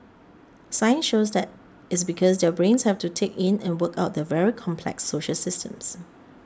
science shows that is because their brains have to take in and work out their very complex social systems